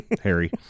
harry